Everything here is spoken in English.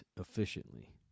efficiently